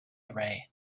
array